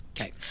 Okay